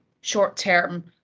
short-term